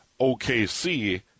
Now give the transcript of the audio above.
OKC